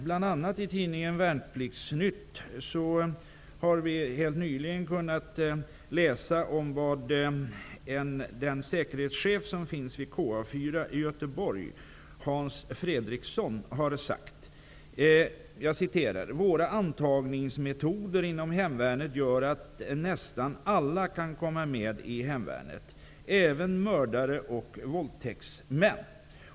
Bl.a. i tidningen Värnpliktsnytt har vi helt nyligen kunnat läsa vad säkerhetschefen, Hans Fredriksson, vid KA 4 i Göteborg har sagt: ''Våra antagningsmetoder gör att nästan alla kan komma med i hemvärnet. Även mördare och våldtäktsmän''.